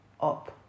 up